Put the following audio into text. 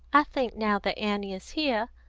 i think now that annie is here,